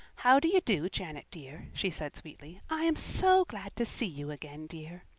how do you do, janet dear? she said sweetly. i am so glad to see you again, dear.